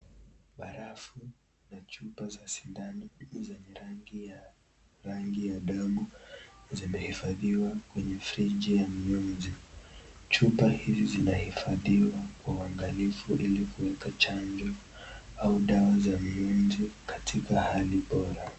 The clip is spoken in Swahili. Barafu na chupa za sindano, zenye rangi ya damu zimehifadhiwa kwenye friji ya maji, chupa hizi zinahifadhiwa kwa uangalifu ili kuweka chanjo au dawa zingine katika hali bora.